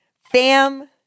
fam